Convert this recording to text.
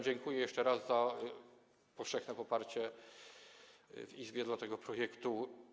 Dziękuję jeszcze raz za powszechne poparcie w Izbie dla tego projektu.